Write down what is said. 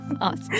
Awesome